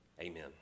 amen